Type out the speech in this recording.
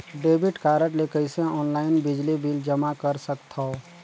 Debit card ले कइसे online बिजली बिल जमा कर सकथव?